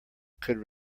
could